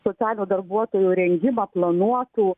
socialinių darbuotojų rengimą planuotų